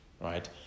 right